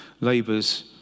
Labour's